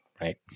right